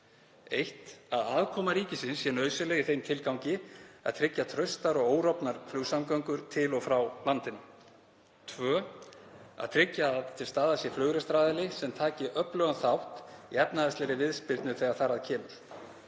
1. Að aðkoma ríkisins sé nauðsynleg í þeim tilgangi að tryggja traustar og órofnar flugsamgöngur til og frá landinu. 2. Að tryggja að til staðar sé flugrekstraraðili sem taki öflugan þátt í efnahagslegri viðspyrnu þegar þar að kemur.